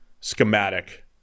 schematic